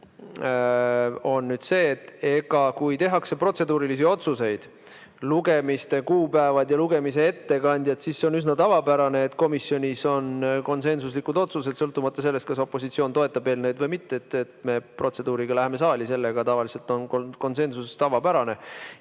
on see, et kui tehakse protseduurilisi otsuseid – lugemiste kuupäevad ja lugemise ettekandjad –, siis see on üsna tavapärane, et komisjonis on konsensuslikud otsused, sõltumata sellest, kas opositsioon toetab eelnõu või mitte. Selles, et me protseduuriga läheme saali, on konsensus tavapärane.